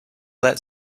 that